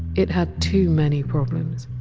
it had too many problems!